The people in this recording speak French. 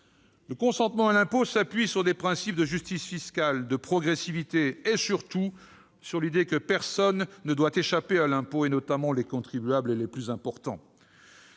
Le consentement à l'impôt s'appuie sur des principes de justice fiscale, de progressivité et, surtout, sur l'idée que personne ne doit échapper à l'impôt, notamment les contribuables les plus importants.